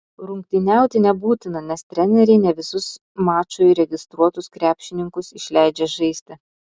rungtyniauti nebūtina nes treneriai ne visus mačui registruotus krepšininkus išleidžia žaisti